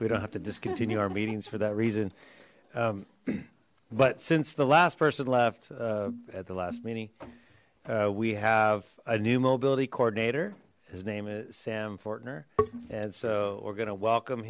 we don't have to discontinue our meetings for that reason but since the last person left at the last meeting we have a new mobility coordinator his name is sam fourtner and so we're gonna welcome